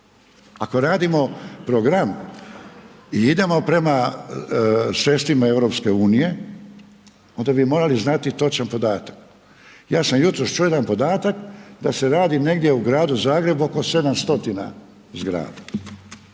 Ako radimo program i idemo prema sredstvima EU onda bi morali znati točan podatak. Ja sam jutros čuo jedan podatak da se radi negdje u Gradu Zagrebu oko 700 zgrada,